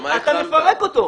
אתה מפרק אותו.